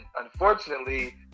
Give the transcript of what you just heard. unfortunately